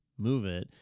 MoveIt